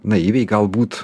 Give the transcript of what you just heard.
naiviai galbūt